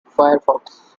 firefox